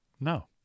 No